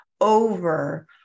over